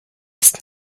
ist